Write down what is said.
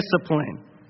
discipline